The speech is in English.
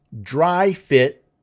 dry-fit